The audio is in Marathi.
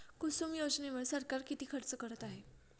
कुसुम योजनेवर सरकार किती खर्च करत आहे?